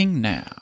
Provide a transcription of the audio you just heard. now